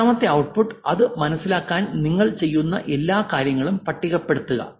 രണ്ടാമത്തെ ഔtട്ട്പുട്ട് അത് സമാനമാക്കാൻ നിങ്ങൾ ചെയ്യുന്ന എല്ലാ കാര്യങ്ങളും പട്ടികപ്പെടുത്തുക